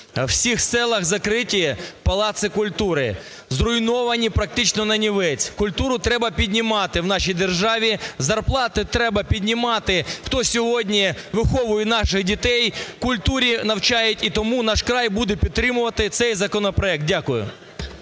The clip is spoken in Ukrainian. всіх селах закриті палаци культури, зруйновані фактично нанівець. Культуру треба піднімати в нашій державі. Зарплати треба піднімати, хто сьогодні виховує наших дітей, культурі навчають. І тому "Наш край" буде підтримувати цей законопроект. Дякую.